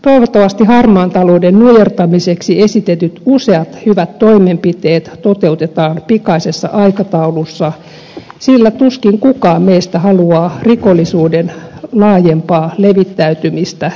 toivottavasti harmaan talouden nujertamiseksi esitetyt useat hyvät toimenpiteet toteutetaan pikaisessa aikataulussa sillä tuskin kukaan meistä haluaa rikollisuuden laajempaa levittäytymistä yhteiskuntaamme